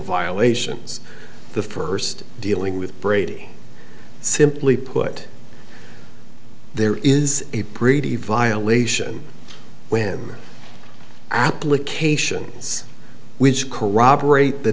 violations the first dealing with brady simply put there is a breed a violation when applications which corroborate the